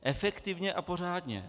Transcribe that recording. Efektivně a pořádně.